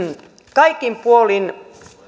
kaikin puolin